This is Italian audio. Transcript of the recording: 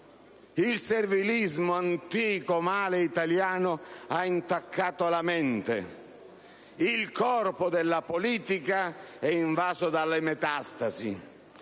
Il servilismo, antico male italiano, ha intaccato la mente. Il corpo della politica è invaso dalle metastasi.